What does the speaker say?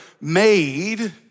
made